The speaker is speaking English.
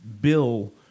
bill